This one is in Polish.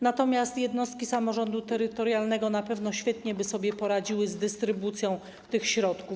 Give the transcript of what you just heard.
Natomiast jednostki samorządu terytorialnego na pewno świetnie by sobie poradziły z dystrybucją tych środków.